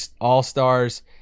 all-stars